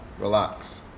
Relax